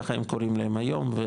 ככה הם קוראים להם היום.